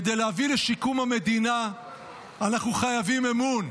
כדי להביא לשיקום המדינה אנחנו חייבים אמון,